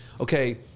Okay